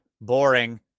boring